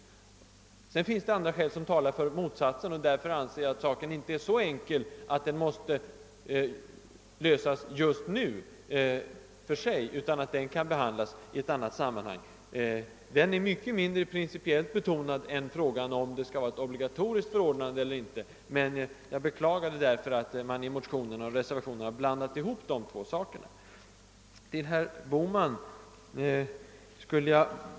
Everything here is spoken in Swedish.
Det finns emellertid andra skäl som talar för motsatsen, och därför anser jag att frågan inte är så enkel att den kan avgöras just nu; den bör behandlas mer ingående. Den är mycket mindre principiellt betonad än frågan om huruvida det skall vara ett obligatoriskt förordnande eller inte. Och jag beklagade därför att man i motionen och reservationen blandade ihop de här två sakerna.